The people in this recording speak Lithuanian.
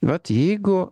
vat jeigu